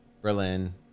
Berlin